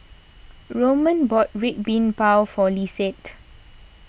Roman bought Red Bean Bao for Lisette